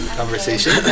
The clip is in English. conversation